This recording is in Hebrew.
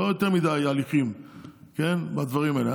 לא יותר מדי הליכים בדברים האלה,